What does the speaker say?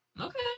Okay